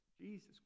Jesus